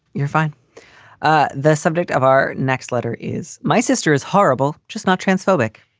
you're fine ah the subject of our next letter is my sister is horrible, just not transphobic.